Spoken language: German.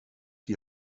die